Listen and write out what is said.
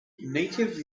native